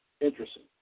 interesting